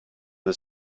the